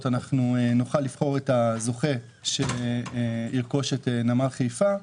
נוכל לבחור את הזוכה שירכוש את נמל חיפה,